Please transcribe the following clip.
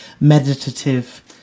meditative